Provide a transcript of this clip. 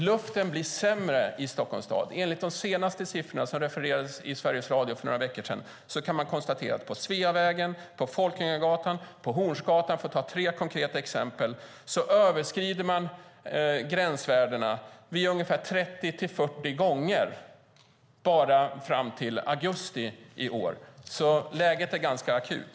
Luften blir sämre i Stockholms stad. De senaste siffrorna refererades i Sveriges Radio för några veckor sedan. Man kan konstatera att på Sveavägen, Folkungagatan och Hornsgatan - för att ta tre konkreta exempel - överskreds gränsvärdena ungefär 30-40 gånger bara fram till augusti i år. Läget är ganska akut.